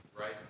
right